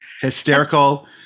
hysterical